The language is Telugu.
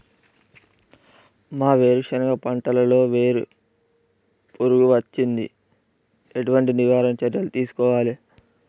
మా వేరుశెనగ పంటలలో వేరు పురుగు వచ్చింది? ఎటువంటి నివారణ చర్యలు తీసుకోవాలే?